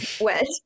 wet